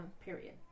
period